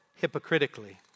hypocritically